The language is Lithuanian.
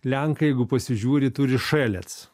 lenkai jeigu pasižiūri turi šelec